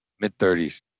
mid-30s